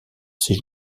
ses